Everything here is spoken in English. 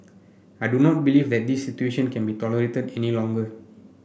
I do not believe that this situation can be tolerated any longer